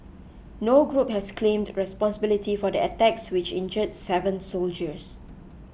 no group has claimed responsibility for the attacks which injured seven soldiers